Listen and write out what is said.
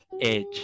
edge